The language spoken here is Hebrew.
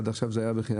עד עכשיו זה היה בחינם,